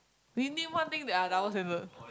we need one thing that are double standard